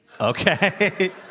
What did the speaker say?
Okay